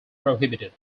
prohibited